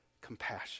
compassion